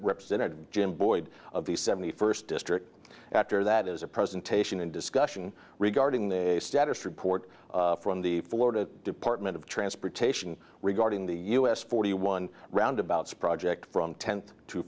represented jim boyd of the seventy first district after that is a presentation and discussion regarding the a status report from the florida department of transportation regarding the u s forty one roundabouts project from tent to